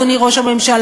אדוני ראש הממשלה,